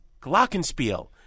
Glockenspiel